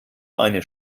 eine